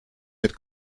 mit